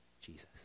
Jesus